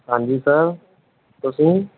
ਹਾਂਜੀ ਸਰ ਦੱਸੋ